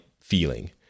feeling